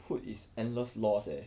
put is endless loss leh